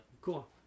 Cool